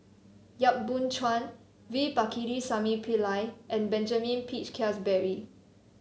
Yap Boon Chuan V Pakirisamy Pillai and Benjamin Peach Keasberry